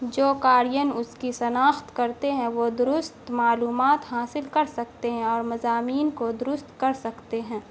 جو قارئین اس کی شناخت کرتے ہیں وہ درست معلومات حاصل کر سکتے ہیں اور مضامین کو درست کر سکتے ہیں